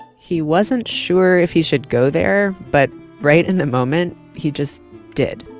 he wasn't sure if he should go there, but right in the moment, he just did.